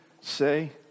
say